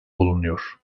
bulunuyor